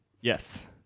Yes